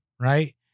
right